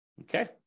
okay